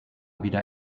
wieder